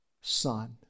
son